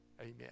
Amen